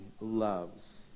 loves